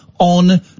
On